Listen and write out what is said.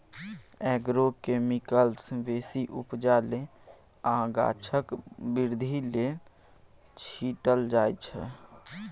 agrochemicals बेसी उपजा लेल आ गाछक बृद्धि लेल छीटल जाइ छै